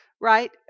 right